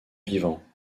vivant